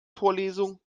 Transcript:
vorlesung